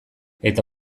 eta